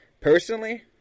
personally